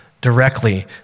directly